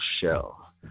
shell